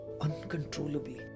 uncontrollably